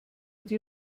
dir